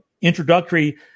introductory